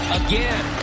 again